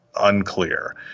unclear